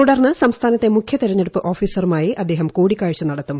തുടർന്ന് സംസ്ഥാനത്തെ മുഖ്യ തിരഞ്ഞെടുപ്പ് ഓഫീസറുമായി അദ്ദേഹം കൂടിക്കാഴ്ച നടത്തും